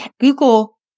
Google